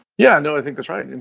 yeah, no, i think that's right. and